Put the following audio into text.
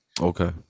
Okay